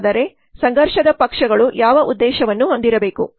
ಹಾಗಾದರೆ ಸಂಘರ್ಷದ ಪಕ್ಷಗಳು ಯಾವ ಉದ್ದೇಶವನ್ನು ಹೊಂದಿರಬೇಕು